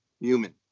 human